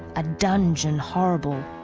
a dungeon horrible,